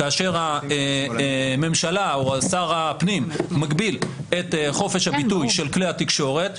כאשר הממשלה או שר הפנים מגביל את חופש הביטוי של כלי התקשורת,